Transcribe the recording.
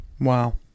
Wow